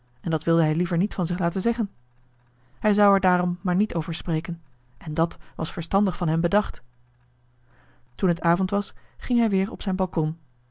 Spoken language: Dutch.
en dat wilde hij liever niet van zich laten zeggen hij zou er daarom maar niet over spreken en dat was verstandig van hem bedacht toen het avond was ging hij weer op zijn balkon